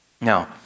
Now